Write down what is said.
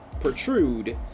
protrude